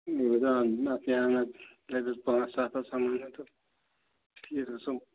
بہٕ چھُس دَپان اَتھ کیٛاہ ونان رۄپیَس پانٛژھ سَتھ ہَتھ سَمَن رٮ۪تس تہٕ أتی حظ گژھو